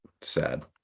sad